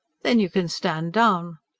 then you can stand down!